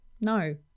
No